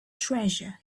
treasure